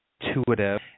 intuitive